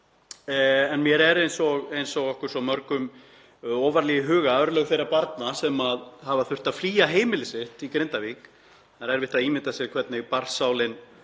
Mér er, eins og okkur svo mörgum, ofarlega í huga örlög þeirra barna sem hafa þurft að flýja heimili sitt í Grindavík. Það er erfitt að ímynda sér hvernig barnssálin